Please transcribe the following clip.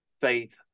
faith